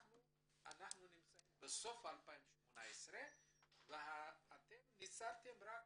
אנחנו נמצאים בסוף 2018 ואתם ניצלתם רק